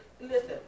listen